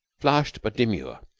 flushed but demure,